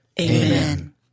Amen